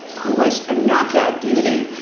who was a knockout beauty,